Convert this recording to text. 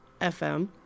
FM